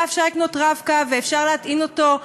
אפשר לקנות "רב-קו" ואפשר להטעין אותו.